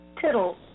Tittle